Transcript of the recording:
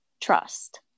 trust